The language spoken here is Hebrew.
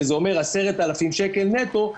שזה אומר 10,000 שקלים נטו,